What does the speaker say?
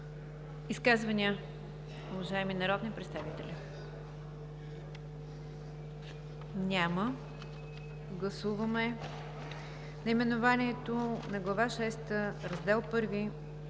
Изказвания, уважаеми народни представители? Няма. Гласуваме наименованията на Глава шеста, Раздел І,